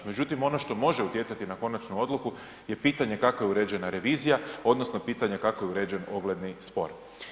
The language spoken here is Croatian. Međutim, ono što može utjecati na konačnu odluku je pitanje kako je uređena revizija odnosno pitanje kako je uređen ogledni spor.